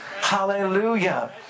Hallelujah